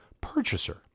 purchaser